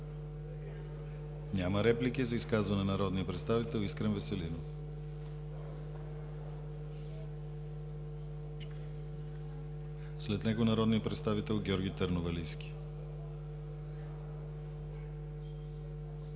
Няма. За изказване – народният представител Искрен Веселинов. След него – народният представител Георги Търновалийски.